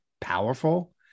powerful